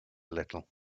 little